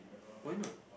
why not